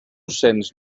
cents